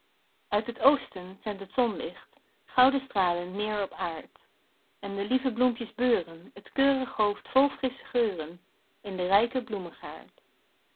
uit het oosten zendt het zonlicht gouden stralen neêr op aard en de lieve bloempjes beuren t keurig hoofd vol frissche geuren in den rijken